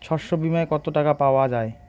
শস্য বিমায় কত টাকা পাওয়া যায়?